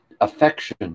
affection